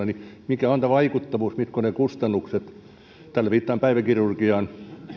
niin mikä on tämä vaikuttavuus mitkä ovat ne kustannukset tällä viittaan päiväkirurgiaan ja vaikutuksiin